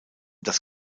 das